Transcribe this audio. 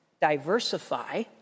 diversify